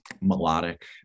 melodic